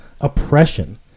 oppression